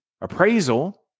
Appraisal